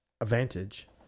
Advantage